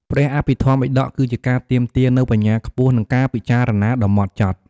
ព្រះអភិធម្មបិដក គឺជាការទាមទារនូវបញ្ញាខ្ពស់ និងការពិចារណាដ៏ហ្មត់ចត់។